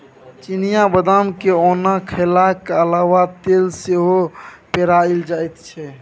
चिनियाँ बदाम केँ ओना खेलाक अलाबा तेल सेहो पेराएल जाइ छै